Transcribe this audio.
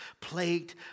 Plagued